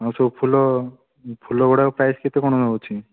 ଆଉ ସବୁ ଫୁଲ ଫୁଲ ଗୁଡ଼ାକର ପ୍ରାଇସ୍ କେତେ କଣ ଅଛି